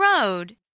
road